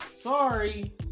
Sorry